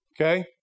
okay